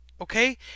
okay